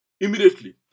immediately